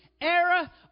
era